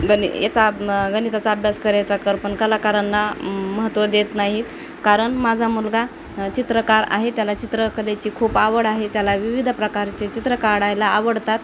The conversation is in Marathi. गण याचा गणिताचा अभ्यास करायचा कर पण कलाकारांना महत्त्व देत नाहीत कारण माझा मुलगा चित्रकार आहे त्याला चित्रकलेची खूप आवड आहे त्याला विविध प्रकारचे चित्र काढायला आवडतात